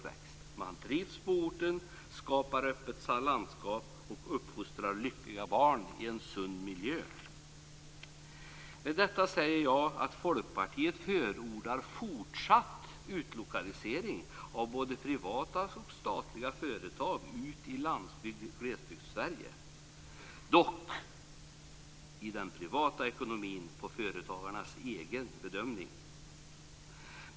Hon eller han trivs på orten, skapar öppet landskap och uppfostrar lyckliga barn i en sund miljö. Med detta säger jag att Folkpartiet förordar en fortsatt utlokalisering av både privata och statliga företag till Lands och Glesbygdssverige. I de privata företagen måste det dock ske efter företagarens egen bedömning.